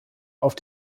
auf